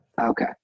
Okay